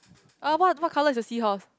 oh what what colour is your seahorse